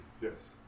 Yes